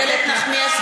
(קוראת בשמות חברי הכנסת) איילת נחמיאס ורבין,